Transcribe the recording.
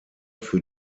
für